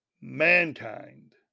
Mankind